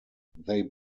they